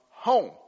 Home